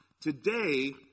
Today